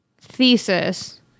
thesis